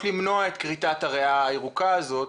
למנוע את כריתת הריאה הירוקה הזאת.